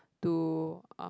to uh